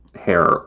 hair